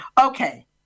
Okay